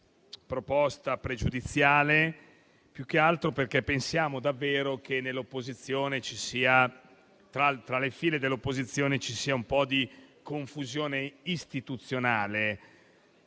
questione pregiudiziale in esame più che altro perché pensiamo davvero che tra le fila dell'opposizione ci sia un po' di confusione istituzionale